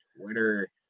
Twitter